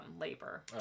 labor